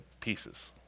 pieces